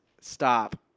stop